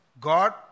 God